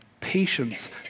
patience